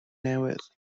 newydd